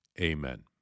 Amen